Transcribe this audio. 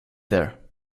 there